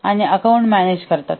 आणि account manage करेल